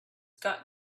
got